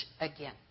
again